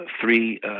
three